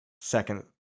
second